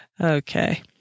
okay